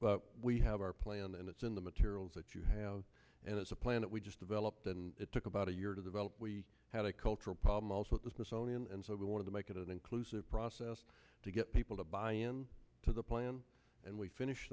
but we have our plan and it's in the materials that you have and it's a plan that we just developed and it took about a year to develop we had a cultural problem also at the smithsonian and so we wanted to make it an inclusive process to get people to buy in to the plan and we finish